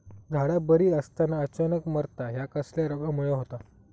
झाडा बरी असताना अचानक मरता हया कसल्या रोगामुळे होता?